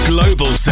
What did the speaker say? Global